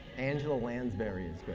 angela lansbury is good.